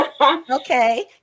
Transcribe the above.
okay